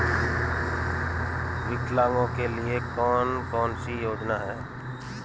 विकलांगों के लिए कौन कौनसी योजना है?